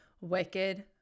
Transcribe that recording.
Wicked